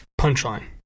punchline